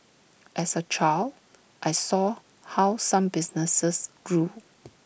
as A child I saw how some businesses grew